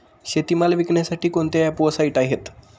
शेतीमाल विकण्यासाठी कोणते ॲप व साईट आहेत?